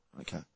Okay